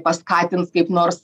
paskatins kaip nors